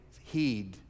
heed